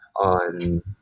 on